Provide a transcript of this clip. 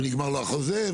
ונגמר לו החוזה,